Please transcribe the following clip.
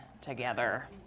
together